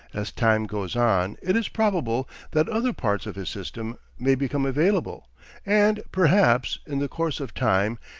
as time goes on it is probable that other parts of his system, may become available and, perhaps, in the course of time,